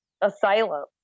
Asylum